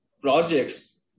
projects